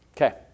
Okay